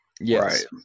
Yes